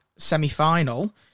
semi-final